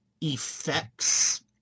effects